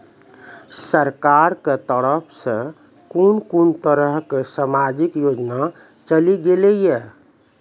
सरकारक तरफ सॅ कून कून तरहक समाजिक योजना चलेली गेलै ये?